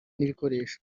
n’ibikoresho